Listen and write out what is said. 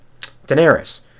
Daenerys